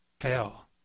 fail